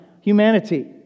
humanity